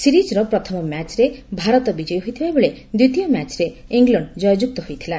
ସିରିଜର ପ୍ରଥମ ମ୍ୟାଚରେ ଭାରତ ବିଜୟୀ ହୋଇଥିବାବେଳେ ଦ୍ୱିତୀୟ ମ୍ୟାଚରେ ଇଂଲଣ୍ଡ କୟଯୁକ୍ତ ହୋଇଥିଲା